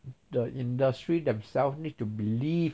the industry themselves need to believe